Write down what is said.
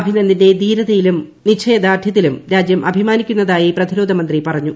അഭിനന്ദിന്റെ ധീരതയിലും നിശ്ചയദാർഢ്യത്തിലും രാജ്യം അഭിമാനിക്കുന്നതായി പ്രതിരോധമന്ത്രി പറഞ്ഞു